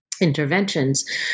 interventions